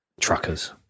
Truckers